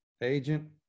agent